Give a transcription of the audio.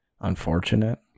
Unfortunate